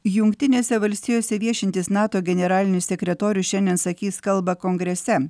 jungtinėse valstijose viešintis nato generalinis sekretorius šiandien sakys kalbą kongrese